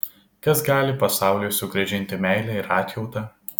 kas gali pasauliui sugrąžinti meilę ir atjautą